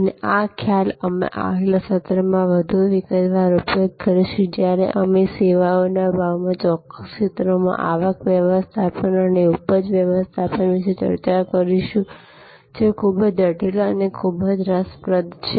અને આ ખ્યાલ અમે આગલા સત્રમાં વધુ વિગતવાર ઉપયોગ કરીશું જ્યારે અમે સેવાઓના ભાવમાં ચોક્કસ ક્ષેત્રોમાં આવક વ્યવસ્થાપન અને ઉપજ વ્યવસ્થાપન વિશે ચર્ચા કરીશું જે ખૂબ જટિલ અને ખૂબ જ રસપ્રદ છે